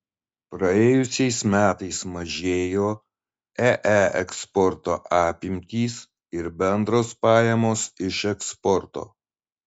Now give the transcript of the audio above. praėjusiais metais mažėjo ee eksporto apimtys ir bendros pajamos iš eksporto